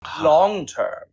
Long-term